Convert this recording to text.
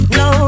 no